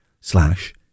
slash